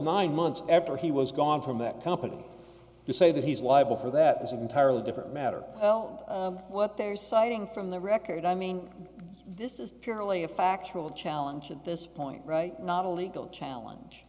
nine months after he was gone from that company to say that he's liable for that is an entirely different matter what they're citing from the record i mean this is purely a factual challenge at this point right not a legal challenge